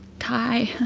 tie